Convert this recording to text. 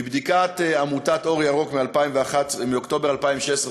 מבדיקת עמותת "אור ירוק" באוקטובר 2016,